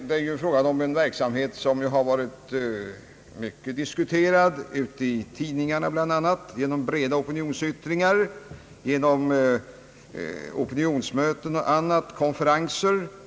Det är ju fråga om en verksamhet, som har varit mycket diskuterad bl.a. i tidningarna genom breda opinionsyttringar samt genom opinionsmöten och konferenser.